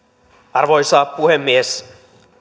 arvoisa puhemies